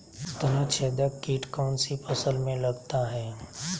तनाछेदक किट कौन सी फसल में लगता है?